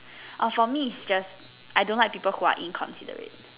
orh for me is just I don't like people who are inconsiderate